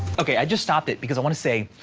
okay, i just stopped it, because i wanna say,